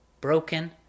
broken